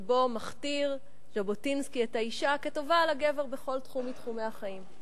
שבהם מכתיר ז'בוטינסקי את האשה כטובה על הגבר בכל תחום מתחומי החיים.